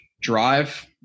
drive